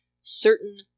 certain